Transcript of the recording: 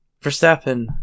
Verstappen